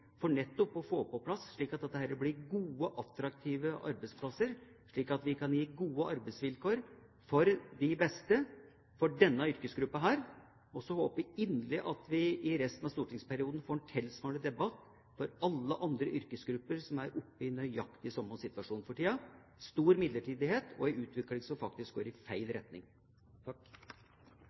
for nettopp å få dette på plass, slik at det blir gode og attraktive arbeidsplasser som kan gi gode arbeidsvilkår for de beste, for denne yrkesgruppen. Så håper vi inderlig at vi i resten av stortingsperioden får en tilsvarende debatt om alle andre yrkesgrupper som for tiden er oppe i nøyaktig samme situasjonen, dvs. stor midlertidighet og en utvikling som faktisk går i feil retning.